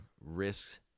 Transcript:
risks